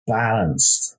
balanced